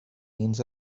means